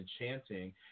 enchanting